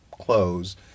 clothes